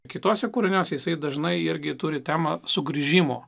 kituose kūriniuose jisai dažnai irgi turi temą sugrįžimo